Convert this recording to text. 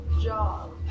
job